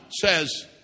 says